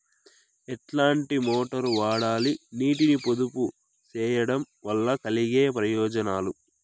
ఎట్లాంటి మోటారు వాడాలి, నీటిని పొదుపు సేయడం వల్ల కలిగే ప్రయోజనాలు?